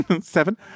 Seven